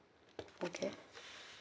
okay